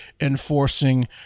enforcing